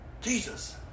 Jesus